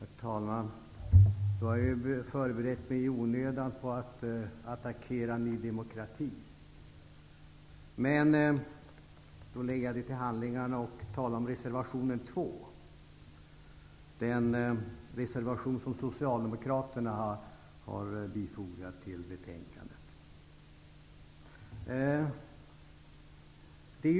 Herr talman! Eftersom Dan Eriksson i Stockholm inte är här, har jag i onödan förberett mig på att attackera Ny demokrati. Således lägger jag det papperet åt sidan och talar i stället om reservation nr 2 från Socialdemokraterna som är fogad till betänkandet.